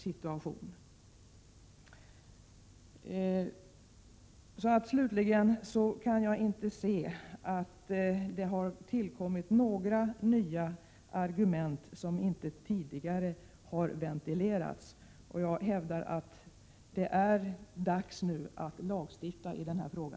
Jag kan inte se att det har tillkommit några nya argument som inte tidigare har ventilerats. Jag hävdar att det nu är dags att lagstifta i denna fråga.